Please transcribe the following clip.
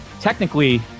technically